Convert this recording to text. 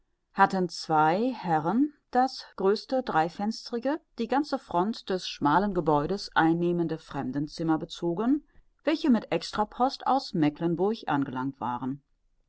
hatten zwei herren das größte dreifensterige die ganze front des schmalen gebäudes einnehmende fremdenzimmer bezogen welche mit extrapost aus meklenburg angelangt waren